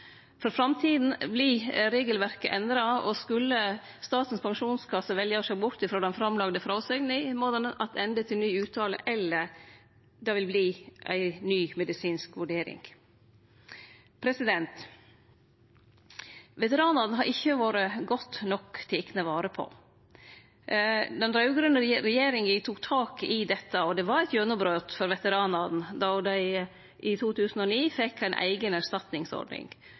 For framtida vert regelverket endra, og skulle Statens pensjonskasse velja å sjå bort frå den framlagde fråsegna, må ho attende til ny uttale, eller det vil verte ei ny medisinsk vurdering. Veteranane har ikkje vore godt nok tekne vare på. Den raud-grøne regjeringa tok tak i dette, og det var eit gjennombrot for veteranane då dei i 2009 fekk ei eiga erstatningsordning.